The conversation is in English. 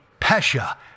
Pesha